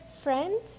friend